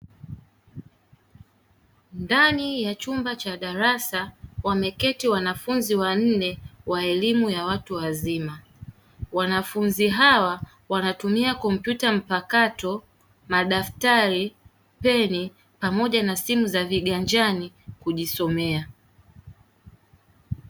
Ndani ya chumba cha darasa wameketi wanafunzi wanne wa elimu ya watu wazima wanafunzi hawa wanatumia kompyuta mpakato, madaftari, peni, pamoja na simu za viganjani kujisomea.